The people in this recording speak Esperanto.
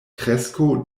kresko